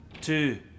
Two